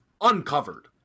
uncovered